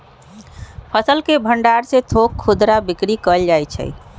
फसल के भण्डार से थोक खुदरा बिक्री कएल जाइ छइ